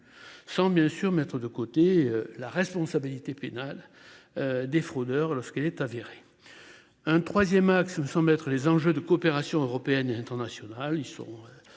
sans bien sûr mettre de côté la responsabilité pénale. Des fraudeurs lorsqu'il est avéré. Un 3ème axe me soumettre les enjeux de coopération européenne et internationale.